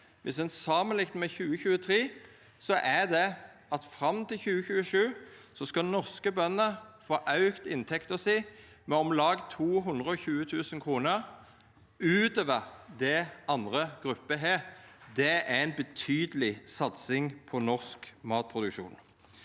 viss ein samanliknar med 2023, er at fram mot 2027 skal norske bønder få auka inntekta si med om lag 220 000 kr utover det andre grupper har. Det er ei betydeleg satsing på norsk matproduksjon.